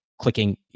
clicking